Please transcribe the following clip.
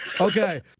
Okay